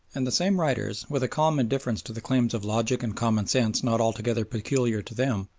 and the same writers, with a calm indifference to the claims of logic and common sense not altogether peculiar to them,